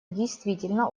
действительно